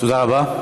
תודה רבה.